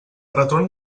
retorn